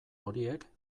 horiek